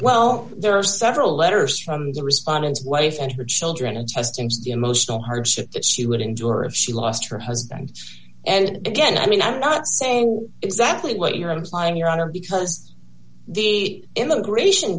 well there are several letters from the respondents wave and her children adjusting to the emotional hardship that she would enjoy her if she lost her husband and again i mean i'm not saying exactly what you're implying your honor because the immigration